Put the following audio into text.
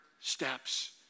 steps